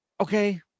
Okay